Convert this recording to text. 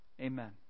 Amen